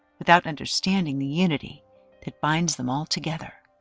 without understanding the unity that binds them all together.